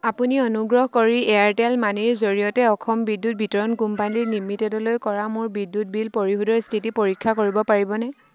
আপুনি অনুগ্ৰহ কৰি এয়াৰটেল মানিৰ জৰিয়তে অসম বিদ্যুৎ বিতৰণ কোম্পানী লিমিটেডলৈ কৰা মোৰ বিদ্যুৎ বিল পৰিশোধৰ স্থিতি পৰীক্ষা কৰিব পাৰিবনে